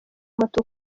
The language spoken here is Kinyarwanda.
moto